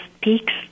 peaks